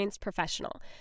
professional